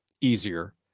easier